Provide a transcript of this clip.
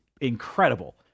incredible